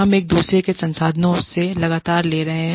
हम एक दूसरे के संसाधनों से लगातार ले रहे हैं